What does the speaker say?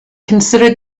considered